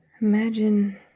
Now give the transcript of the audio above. Imagine